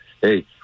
hey